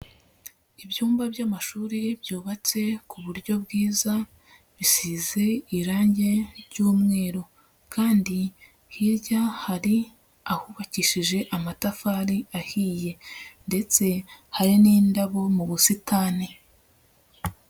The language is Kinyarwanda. Ibyumba by'amashuri ye byubatse ku buryo bwiza, bisize irangi ry'umweru kandi hirya hari ahubakishije amatafari ahiye ndetse hari n'indabo mu busitani.